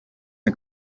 the